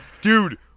Dude